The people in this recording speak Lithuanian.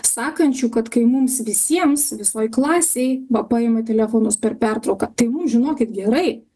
sakančių kad kai mums visiems visoj klasėj va paima telefonus per pertrauką tai mum žinokit gerai